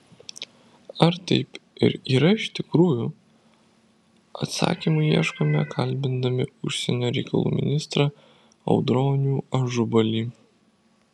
ar taip ir yra iš tikrųjų atsakymų ieškome kalbindami užsienio reikalų ministrą audronių ažubalį